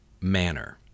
manner